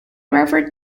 referred